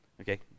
Okay